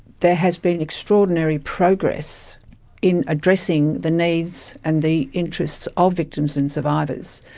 there has been extraordinary progress in addressing the needs and the interests of victims and survivors.